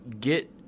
get